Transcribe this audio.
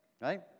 right